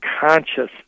conscious